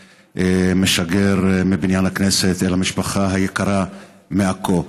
משגר מבניין הכנסת אל המשפחה היקרה מעכו.